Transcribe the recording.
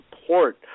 support